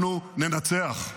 אנחנו ננצח,